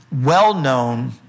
well-known